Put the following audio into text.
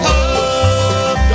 up